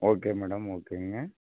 okay madam ஓகேங்க